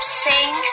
sing